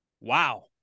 wow